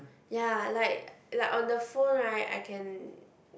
ya like like on the phone right I can